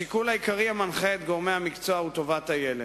השיקול העיקרי המנחה את גורמי המקצוע הוא טובת הילד,